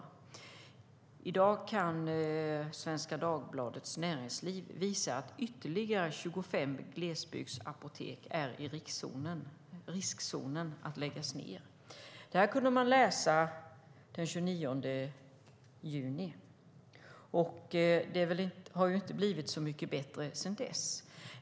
Den 29 juni kunde man läsa i Svenska Dagbladets Näringsliv att ytterligare 25 glesbygdsapotek är i riskzonen för att läggas ned, och det har inte blivit mycket bättre sedan dess.